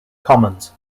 commons